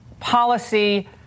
Policy